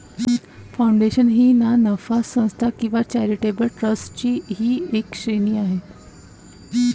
foundation ही ना नफा संस्था किंवा चॅरिटेबल ट्रस्टची एक श्रेणी आहे